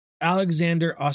Alexander